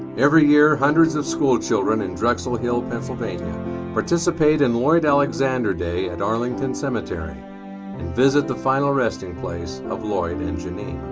every year hundreds of school children in drexel hill pennsylvania participate in lloyd alexander day at arlington cemetery and visit the final resting place of lloyd and janine.